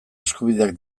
eskubideak